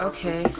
Okay